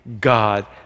God